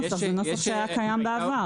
זה נוסח שהיה קיים בעבר.